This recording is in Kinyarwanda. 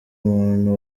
umuntu